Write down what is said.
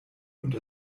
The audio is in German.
und